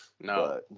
No